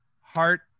Heart